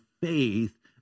faith